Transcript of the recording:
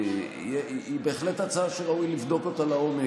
היא בהחלט הצעה שראוי לבדוק אותה לעומק.